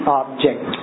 object